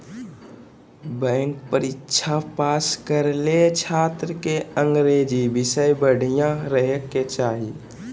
bank परीक्षा pass करे ले छात्र के अंग्रेजी विषय बढ़िया रहे के चाही